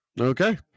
Okay